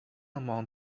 among